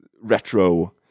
retro